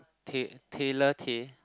Tay Taylor Tay